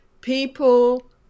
people